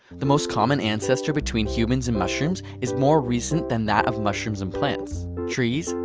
the most common ancestor between humans and mushrooms is more recent than that of mushrooms and plants. trees,